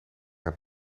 het